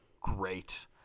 great